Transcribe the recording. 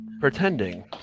pretending